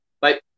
Bye